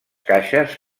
caixes